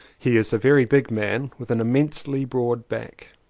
he is a very big man with an immensely broad back,